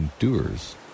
endures